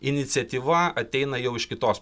iniciatyva ateina jau iš kitos